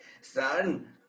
son